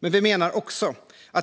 Men vi menar att det också